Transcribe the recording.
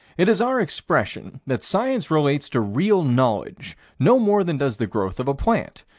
it is our expression that science relates to real knowledge no more than does the growth of a plant,